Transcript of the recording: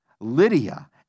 Lydia